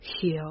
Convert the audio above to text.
Heal